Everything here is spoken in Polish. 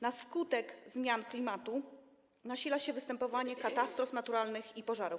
Na skutek zmian klimatu nasila się występowanie katastrof naturalnych i pożarów.